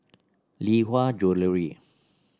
Lee Hwa Jewellery